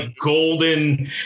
golden